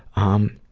um,